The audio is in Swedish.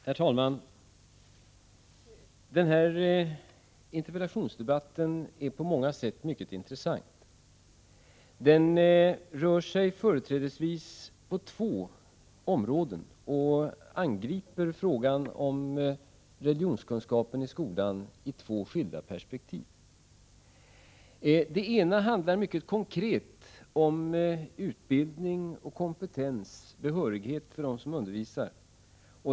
Herr talman! Denna interpellationsdebatt är på många sätt mycket intressant. Den rör sig företrädesvis på två områden och angriper frågan om religionskunskap i skolan ur skilda perspektiv. Det ena handlar mycket konkret om utbildning av och kompetens och behörighet hos dem som undervisar.